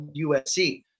USC